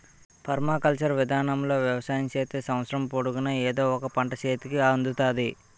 permaculture విధానములో వ్యవసాయం చేత్తే సంవత్సరము పొడుగునా ఎదో ఒక పంట సేతికి అందుతాది